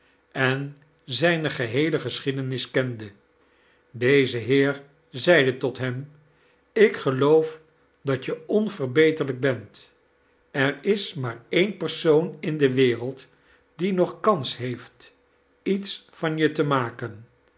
en zijne geheele geschiedenis kende deze heer zeide tot hem ik geloof dat je onverbeterlijk bent er is maar een persoon in de wereld die nog kans heeft iets van je te maken